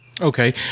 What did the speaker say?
Okay